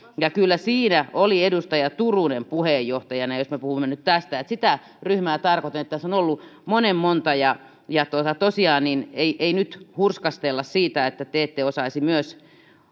ja kyllä siinä oli edustaja turunen puheenjohtajana jos me puhumme nyt tästä että sitä ryhmää tarkoitin tässä on ollut monen monta ja ja tosiaan ei ei nyt hurskastella siitä että te ette osaisi myös